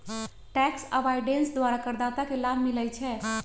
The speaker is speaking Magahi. टैक्स अवॉइडेंस द्वारा करदाता के लाभ मिलइ छै